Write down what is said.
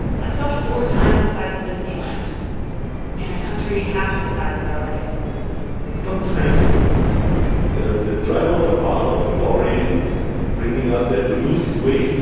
that's about four times the size of disneyland in a country half the size of ah la sometimes the the driver of the bus or the lorry bringing us there will lose his way,